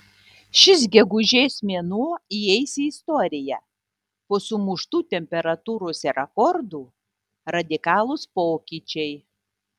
šis gegužės mėnuo įeis į istoriją po sumuštų temperatūros rekordų radikalūs pokyčiai